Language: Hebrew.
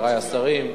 חברי השרים,